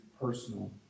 personal